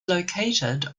located